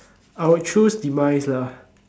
I would choose demise lah